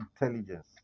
intelligence